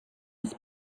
his